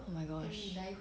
oh my gosh